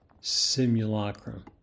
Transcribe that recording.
simulacrum